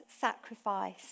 sacrifice